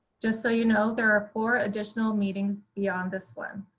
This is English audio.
just so you know, there are four additional meetings beyond this one.